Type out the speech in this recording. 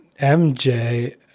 MJ